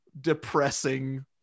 depressing